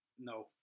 no